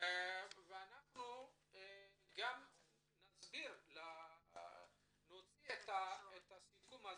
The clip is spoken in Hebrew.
ואנחנו גם נוציא את הסיכום לתקשורת.